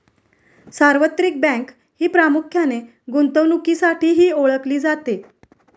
सार्वत्रिक बँक ही प्रामुख्याने गुंतवणुकीसाठीही ओळखली जाते